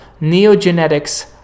Neogenetics